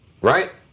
right